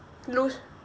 lose